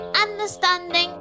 understanding